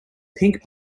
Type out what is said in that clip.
pink